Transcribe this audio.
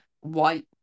white